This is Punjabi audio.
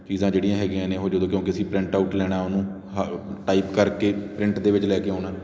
ਚੀਜ਼ਾਂ ਜਿਹੜੀਆਂ ਹੈਗੀਆਂ ਨੇ ਉਹ ਜਦੋਂ ਕਿਉਂਕਿ ਅਸੀਂ ਪ੍ਰਿੰਟਆਊਟ ਲੈਣਾ ਉਹਨੂੰ ਹ ਟਾਈਪ ਕਰਕੇ ਪ੍ਰਿੰਟ ਦੇ ਵਿੱਚ ਲੈ ਕੇ ਆਉਣਾ